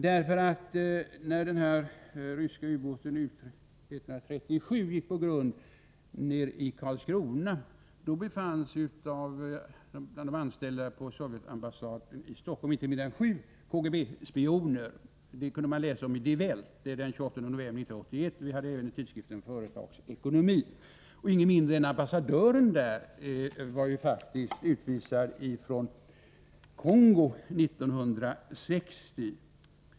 När den ryska ubåten U 137 gick på grund i Karlskrona befann sig bland de anställda på Sovjets ambassad i Stockholm inte mindre än sju KGB-spioner. Detta kunde man läsa om i tidskriften Die Welt den 29 november 1981, och även i tidskriften Företagsekonomi. Ingen mindre än ambassadören, Michail Jakovlev, var faktiskt utvisad från Kongo 1960.